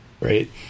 right